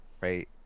right